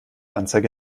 anzeige